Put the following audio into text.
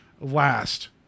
last